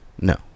No